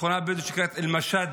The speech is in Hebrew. שכונה בדואית שנקראת אל-משד,